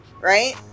right